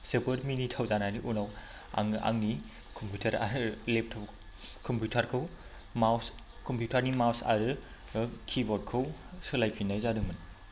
जोबोद मिनिथाव जानानै उनाव आङो आंनि कम्पिउटार आरो लेपटप कम्पिउटारखौ माउस कम्पिउटारनि माउस आरो किब'र्डखौ सोलायफिननाय जादोंमोन